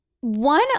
one